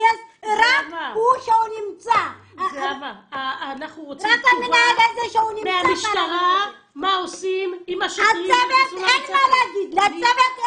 אנחנו רוצים תשובה מהמשטרה מה עושים עם השוטרים שנכנסו לבית הספר.